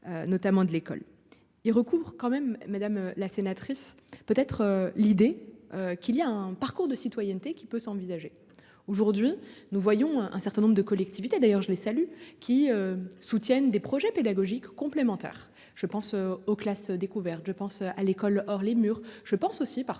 Notamment de l'école. Il recouvre quand même madame la sénatrice, peut être l'idée qu'il y a un parcours de citoyenneté qui peut s'envisager aujourd'hui nous voyons un certain nombre de collectivités, d'ailleurs je les salue qui. Soutiennent des projets pédagogiques complémentaires, je pense aux classes découverte je pense à l'école hors les murs. Je pense aussi parfois